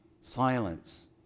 Silence